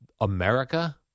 America